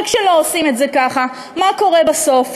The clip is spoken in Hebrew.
וכשלא עושים את זה ככה, מה קורה בסוף?